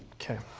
kay,